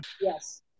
yes